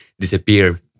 disappear